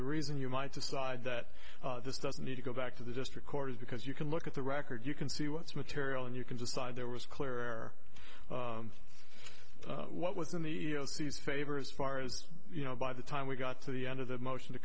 the reason you might decide that this doesn't need to go back to the district court is because you can look at the record you can see what's material and you can decide there was clear what was in the e e o c is favored as far as you know by the time we got to the end of the motion to